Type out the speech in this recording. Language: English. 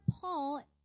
Paul